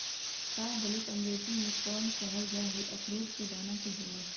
शाहबलूत अंग्रेजी में एकोर्न कहल जा हई, अखरोट के दाना के होव हई